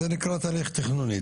זה נקרא תהליך תכנוני.